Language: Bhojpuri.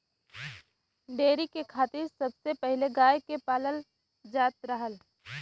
डेयरी के खातिर सबसे पहिले गाय के पालल जात रहल